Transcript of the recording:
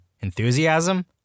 Enthusiasm